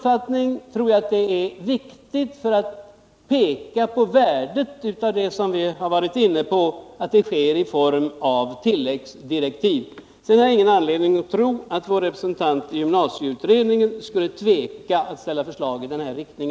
Jag tror att det är viktigt att detta sker i form av tilläggsdirektiv för att understryka värdet av det som vi här varit inne på. I övrigt har jag ingen anledning att tro att centerns representant i gymnasieutredningen skulle tveka att ställa förslag i denna riktning.